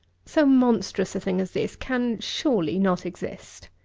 so monstrous a thing as this can, surely, not exist.